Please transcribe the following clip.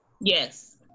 Yes